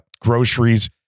groceries